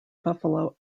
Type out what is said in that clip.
buffalo